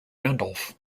randolph